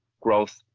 growth